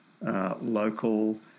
local